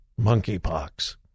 monkeypox